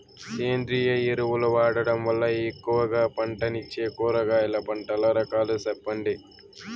సేంద్రియ ఎరువులు వాడడం వల్ల ఎక్కువగా పంటనిచ్చే కూరగాయల పంటల రకాలు సెప్పండి?